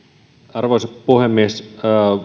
arvoisa puhemies